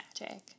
magic